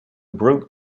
broke